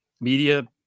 Media